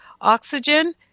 oxygen